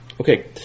Okay